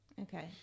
Okay